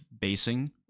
basing